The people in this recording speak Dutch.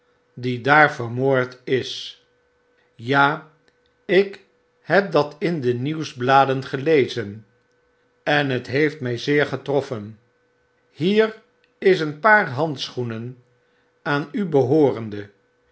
die daar vermoord is ja ik heb dat in de nieuwsbladen gelezen en het heeft my zeer getroffen hier is een paar handschoenen aan u behoorende